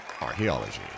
Archaeology